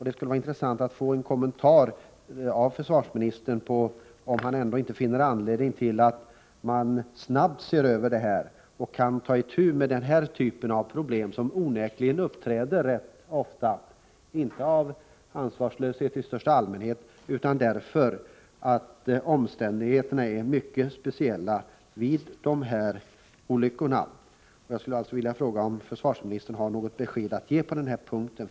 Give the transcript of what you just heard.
Det skulle vara intressant att få en kommentar från försvarsministern huruvida han ändå inte finner anledning att snabbt se över detta, så att man kan ta itu med den här typen av problem, som onekligen uppträder rätt ofta — inte genom ansvarslöshet i största allmänhet utan därför att omständigheterna är mycket speciella. Jag skulle alltså vilja fråga om försvarsministern har något besked att ge i den här frågan.